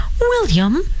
William